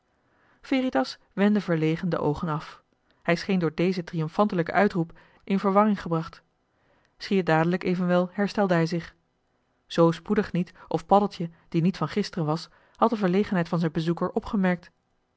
wendde verlegen de oogen af hij scheen door dezen triomfantelijken uitroep in verwarring gebracht schier dadelijk evenwel herstelde hij zich zoo spoedig niet of paddeltje die niet van gisteren was had de verlegenheid van zijn bezoeker opgemerkt